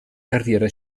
carriera